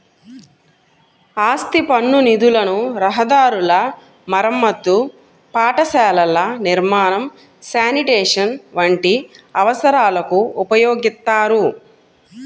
ఆస్తి పన్ను నిధులను రహదారుల మరమ్మతు, పాఠశాలల నిర్మాణం, శానిటేషన్ వంటి అవసరాలకు ఉపయోగిత్తారు